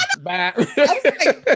Bye